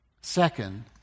Second